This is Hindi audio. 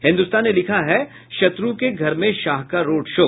हिन्दुस्तान ने लिखा है शत्रु के घर में शाह का रोड शो